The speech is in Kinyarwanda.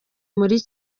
muri